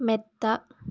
മെത്ത